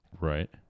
Right